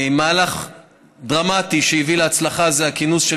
מהלך דרמטי שהביא להצלחה זה הכינוס של